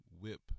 whip